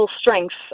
strength